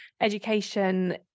education